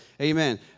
Amen